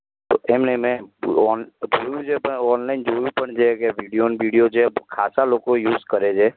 તો એમ નહીં મેં ઑન જોયું છે ઑનલાઈન જોયું પણ છે કે વિડીયો અને વિડીયો છે જે ખાસા લોકો યુઝ કરે છે